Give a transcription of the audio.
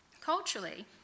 Culturally